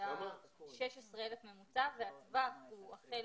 והטווח הוא החל